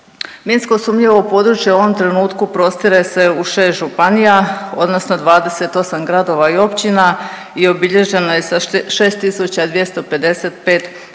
Minsko sumnjivo područje u ovom trenutku prostire se u 6 županija, odnosno 28 gradova i općina i obilježeno je sa 6255 oznaka